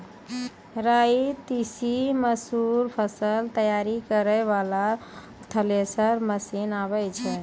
राई तीसी मसूर फसल तैयारी करै वाला थेसर मसीन आबै छै?